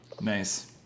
Nice